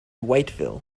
waiteville